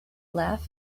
laugh